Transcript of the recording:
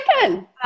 chicken